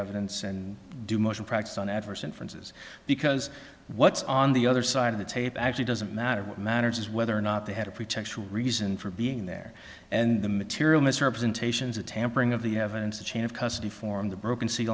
evidence and do motion practice on adverse inferences because what's on the other side of the tape actually doesn't matter what matters is whether or not they had a pretext reason for being there and the material misrepresentations of tampering of the evidence the chain of custody form the broken see